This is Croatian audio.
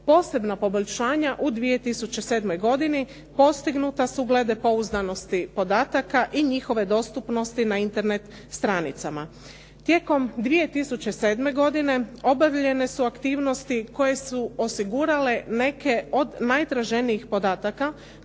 Posebna poboljšanja u 2007. godini postignuta su glede pouzdanosti podataka i njihove dostupnosti na Internet stranicama. Tijekom 2007. godine obavljene su aktivnosti koje su osigurale neke od najtraženijih podataka